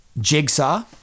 Jigsaw